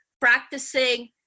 practicing